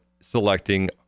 selecting